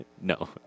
No